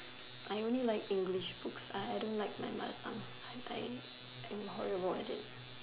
I only like English books I I don't like my mother tongue I I am horrible at it